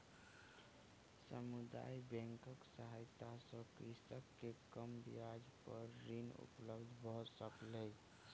समुदाय बैंकक सहायता सॅ कृषक के कम ब्याज पर ऋण उपलब्ध भ सकलै